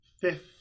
fifth